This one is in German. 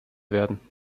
werden